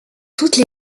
toutes